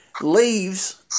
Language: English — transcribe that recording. leaves